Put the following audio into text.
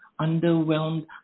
underwhelmed